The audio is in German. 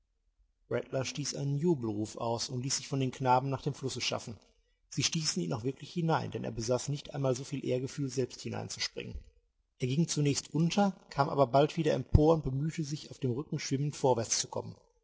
rattler stieß einen jubelruf aus und ließ sich von den knaben nach dem flusse schaffen sie stießen ihn auch wirklich hinein denn er besaß nicht einmal so viel ehrgefühl selbst hineinzuspringen er ging zunächst unter kam aber bald wieder empor und bemühte sich auf dem rücken schwimmend vorwärts zu kommen